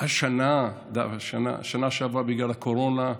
בשנה שעברה, בגלל הקורונה,